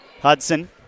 Hudson